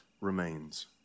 remains